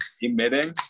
Emitting